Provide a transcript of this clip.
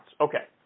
Okay